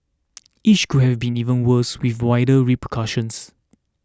each could have been even worse with wider repercussions